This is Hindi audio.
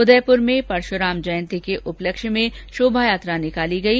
उदयपुर में परशुराम जयंती के उपलक्ष्य में एक शोभायात्रा निकाली गई